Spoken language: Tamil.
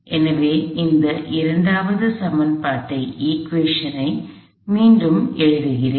எனவே இந்த இரண்டாவது சமன்பாட்டை மீண்டும் எழுதுகிறேன்